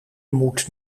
moet